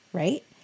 right